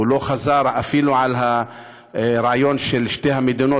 הוא לא חזר אפילו על הרעיון של שתי המדינות,